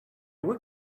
were